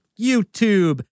YouTube